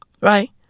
Right